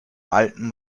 alten